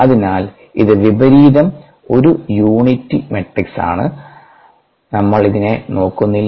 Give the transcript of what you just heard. അതിനാൽ ഇത് വിപരീതം ഒരു യൂണിറ്റി മാട്രിക്സാണ് നമ്മൾ അതിനെ നോക്കുന്നില്ല